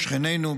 שכנינו,